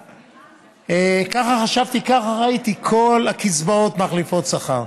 ככה חשבתי, ככה ראיתי, כל הקצבאות מחליפות שכר.